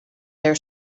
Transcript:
their